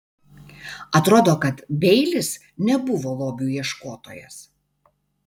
atrodo kad beilis nebuvo lobių ieškotojas